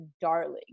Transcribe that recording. darling